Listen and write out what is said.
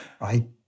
right